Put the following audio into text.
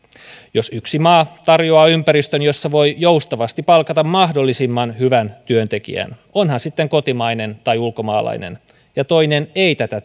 jos yksi maa tarjoaa ympäristön jossa voi joustavasti palkata mahdollisimman hyvän työntekijän on hän sitten kotimainen tai ulkomaalainen ja toinen ei tätä